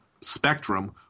spectrum